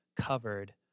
covered